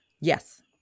Yes